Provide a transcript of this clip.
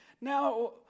now